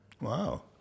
Wow